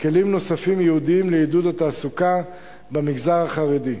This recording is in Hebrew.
כלים נוספים ייעודיים לעידוד התעסוקה במגזר החרדי.